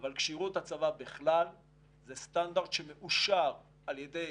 אבל כשירות הצבא בכלל זה סטנדרט שמאושר על-ידי